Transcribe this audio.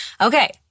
Okay